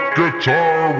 Guitar